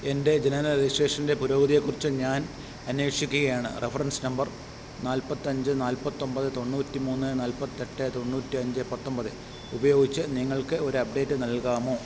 എൻ്റെ ജനന രജിസ്ട്രേഷൻ്റെ പുരോഗതിയെക്കുറിച്ച് ഞാൻ അന്വേഷിക്കുകയാണ് റഫറൻസ് നമ്പർ നാൽപത്തിയഞ്ച് നാല്പത്തിയൊൻപത് തൊണ്ണൂറ്റിമൂന്ന് നാൽപത്തിയെട്ട് തൊണ്ണൂറ്റിയഞ്ച് പത്തൊൻപത് ഉപയോഗിച്ച് നിങ്ങൾക്ക് ഒരു അപ്ഡേറ്റ് നൽകാമോ